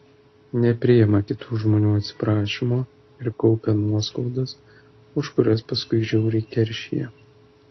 nepriima kitų žmonių atsiprašymo ir kaupia nuoskaudas už kurias paskui žiauriai keršija